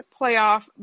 playoff